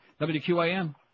WQAM